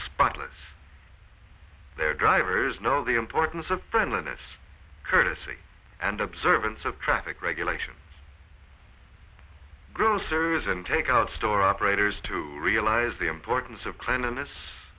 spotless their drivers know the importance of friendliness courtesy and observance of traffic regulation groceries and takeout store operators to realise the importance of cleanliness